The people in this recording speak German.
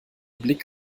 blick